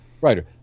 writer